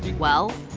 well,